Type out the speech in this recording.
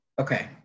okay